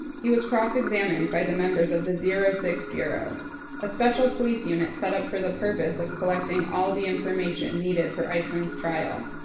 he was cross examined by members of the zero-six bureau a special police unit set up for the purpose of collecting all the information needed for eichmann's trial.